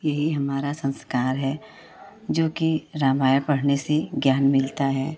यही हमारा संस्कार है जोकि रामायण पढ़ने से ज्ञान मिलता है